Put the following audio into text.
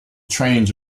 trains